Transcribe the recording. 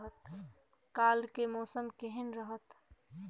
काल के मौसम केहन रहत?